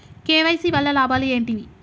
KYC వల్ల లాభాలు ఏంటివి?